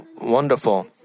wonderful